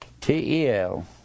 t-e-l